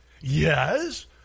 Yes